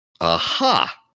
Aha